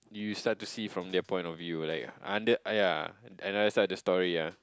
you start to see from their point of view like under ya another side of the story ya